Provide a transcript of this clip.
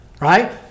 right